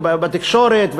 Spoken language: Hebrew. ובתקשורת,